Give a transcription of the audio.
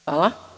Hvala.